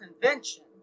Convention